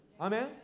Amen